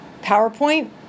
PowerPoint